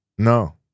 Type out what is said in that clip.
No